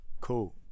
cool